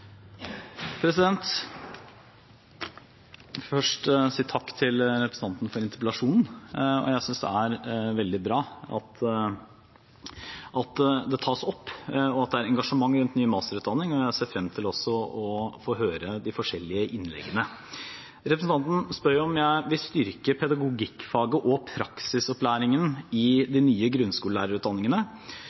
Først vil jeg si takk til representanten for interpellasjonen. Jeg synes det er veldig bra at det tas opp, og at det er engasjement rundt ny masterutdanning. Jeg ser frem til også å få høre de forskjellige innleggene. Representanten spør om jeg vil styrke pedagogikkfaget og praksisopplæringen i de nye grunnskolelærerutdanningene,